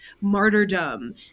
martyrdom